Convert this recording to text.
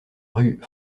rue